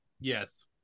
Yes